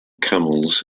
camels